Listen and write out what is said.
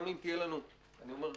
גם אם יהיה לנו אני אומר גברתי,